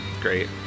great